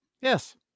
Yes